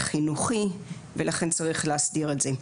חינוכי, ולכן צריך להסדיר את זה.